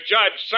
Judge